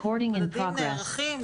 המדדים נערכים,